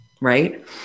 Right